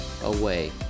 away